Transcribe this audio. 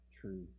true